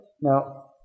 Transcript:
Now